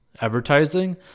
advertising